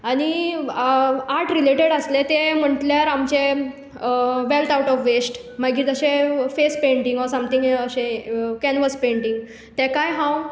आनी art related आसलें तें म्हणल्यार आमचें वेल्थ आवट ऑफ वेस्ट मागीर जशें फेस पँटींग ओर सामथींग मागीर अशे कॅनवस पँटींग ताकाय हांव